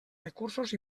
recursos